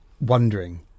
wondering